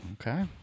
Okay